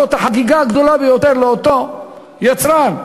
זאת החגיגה הגדולה ביותר לאותו יצרן,